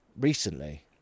recently